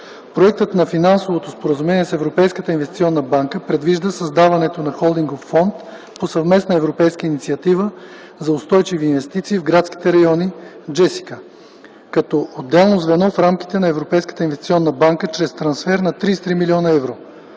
Проектът на Финансовото споразумение с Европейската инвестиционна банка предвижда създаването на Холдингов фонд по Съвместната европейска инициатива за устойчиви инвестиции в градските райони (JESSICA) като отделно звено в рамките на Европейската инвестиционна банка чрез трансфер на 33 млн. евро.